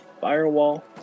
firewall